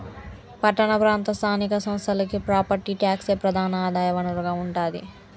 పట్టణ ప్రాంత స్థానిక సంస్థలకి ప్రాపర్టీ ట్యాక్సే ప్రధాన ఆదాయ వనరుగా ఉంటాది